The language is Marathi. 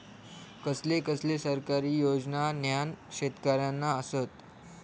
कसले कसले सरकारी योजना न्हान शेतकऱ्यांना आसत?